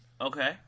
Okay